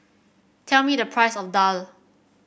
tell me the price of daal